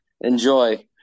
Enjoy